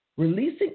releasing